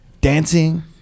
dancing